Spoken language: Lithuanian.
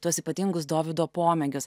tuos ypatingus dovydo pomėgius